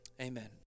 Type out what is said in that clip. amen